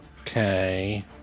Okay